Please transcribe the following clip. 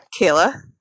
Kayla